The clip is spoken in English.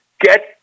get